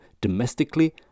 domestically